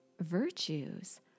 virtues